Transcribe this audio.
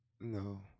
No